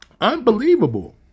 Unbelievable